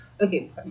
okay